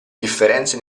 differenze